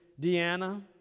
Deanna